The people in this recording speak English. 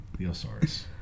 Theosaurus